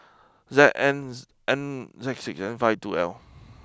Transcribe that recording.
Z N five two L